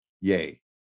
Yay